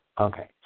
Okay